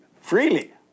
freely